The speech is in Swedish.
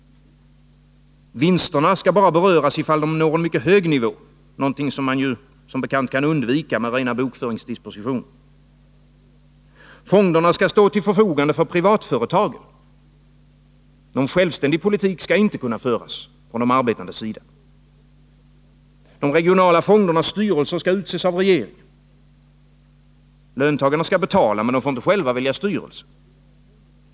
Vinsterna skall bara beröras om de når en mycket hög nivå, något som man som bekant kan undvika med rena bokföringsdispositioner. Fonderna skall stå till förfogande för privatföretagen. Någon självständig politik skall inte kunna föras från de arbetandes sida. De regionala fondernas styrelser skall utses av regeringen. Löntagarna skall betala, men de får inte själva välja styrelse.